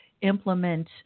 implement